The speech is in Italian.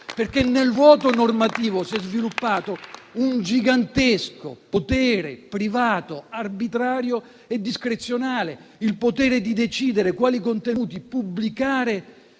Nel vuoto normativo, infatti, si è sviluppato un gigantesco potere privato, arbitrario e discrezionale: il potere di decidere quali contenuti pubblicare